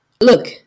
look